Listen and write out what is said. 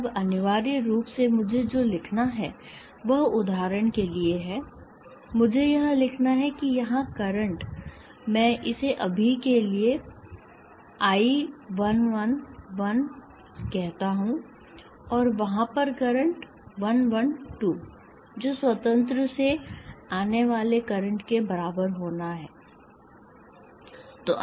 अब अनिवार्य रूप से मुझे जो लिखना है वह उदाहरण के लिए है मुझे यह लिखना है कि यहां करंट मैं इसे अभी के लिए मैं 1 1 1 कहता हूं और वहां पर करंट 1 1 2 जो स्वतंत्र से आने वाले करंट के बराबर होना है स्रोत